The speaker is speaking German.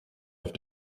auf